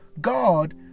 God